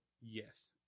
Yes